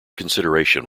consideration